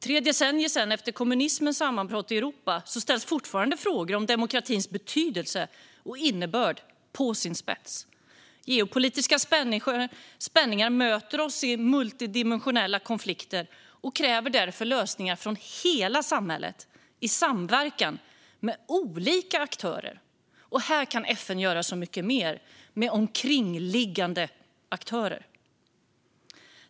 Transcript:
Tre decennier efter kommunismens sammanbrott i Europa ställs fortfarande frågor om demokratins betydelse och innebörd på sin spets. Geopolitiska spänningar möter oss i multidimensionella konflikter, och därför krävs lösningar från hela samhället, i samverkan med olika aktörer. Här kan FN göra mycket mer, med omkringliggande aktörer.